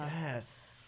Yes